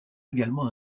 également